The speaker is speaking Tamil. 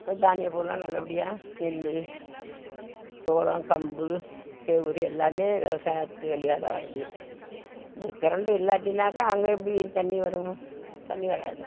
அதுக்கு தானிய பொருள்லாம் நல்லபடியாக நெல் சோளம் கம்பு கெவுரு எல்லாமே விவசாயத்து வழியாதான் வருது இன்னைக்கி கரண்ட்டு இல்லாட்டினாக்கா அங்கே எப்படி தண்ணி வரும் தண்ணி வராது